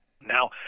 Now